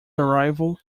arrival